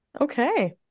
okay